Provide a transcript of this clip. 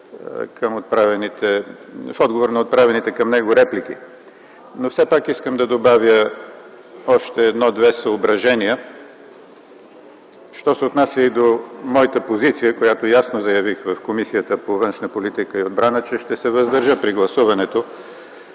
в отговор на отправените към него реплики, но все пак искам да добавя още едно-две съображения, що се отнася и до моята позиция, която ясно заявих в Комисията по външна политика и отбрана, че ще се въздържа при гласуването,